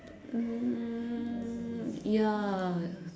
um ya